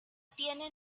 tiene